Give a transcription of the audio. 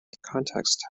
context